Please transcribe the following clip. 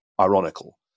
ironical